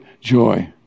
joy